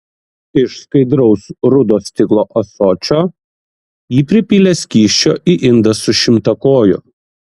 iš skaidraus rudo stiklo ąsočio ji pripylė skysčio į indą su šimtakoju